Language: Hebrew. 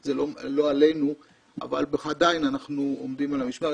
זה לא עלינו אבל עדיין אנחנו עומדים על המשמר.